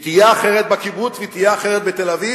היא תהיה אחרת בקיבוץ והיא תהיה אחרת בתל-אביב